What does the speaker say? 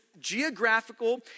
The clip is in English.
geographical